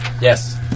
Yes